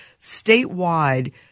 statewide